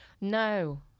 No